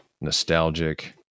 nostalgic